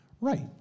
right